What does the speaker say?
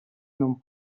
non